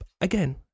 Again